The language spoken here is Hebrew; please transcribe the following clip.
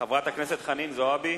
חברת הכנסת חנין זועבי